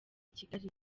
kigali